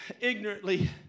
ignorantly